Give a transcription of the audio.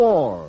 War